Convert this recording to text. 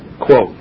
quote